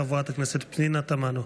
חברת הכנסת פנינה תמנו,